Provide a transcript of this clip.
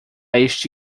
este